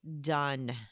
done